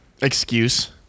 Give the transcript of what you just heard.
Excuse